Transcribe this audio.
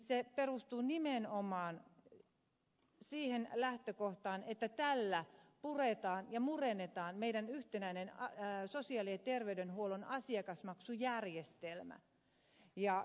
se perustuu nimenomaan siihen lähtökohtaan että tällä puretaan ja murennetaan meidän yhtenäinen sosiaali ja terveydenhuollon asiakasmaksujärjestelmämme